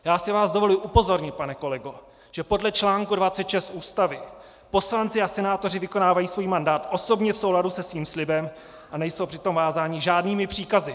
Já si vás dovoluji upozornit, pane kolego, že podle článku 26 Ústavy poslanci a senátoři vykonávají svůj mandát osobně v souladu se svým slibem a nejsou přitom vázáni žádnými příkazy.